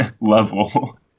level